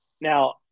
Now